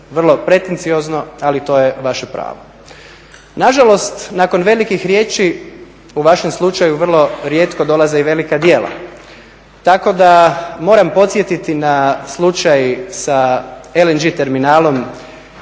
Vrlo pretenciozno, ali to je vaše pravo. Nažalost, nakon velikih riječi u vašem slučaju vrlo rijetko dolaze i velika djela. Tako da moram podsjetiti na slučaj sa LNG terminalom